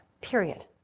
period